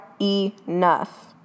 enough